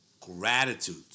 gratitude